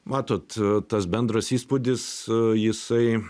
matot tas bendras įspūdis jisai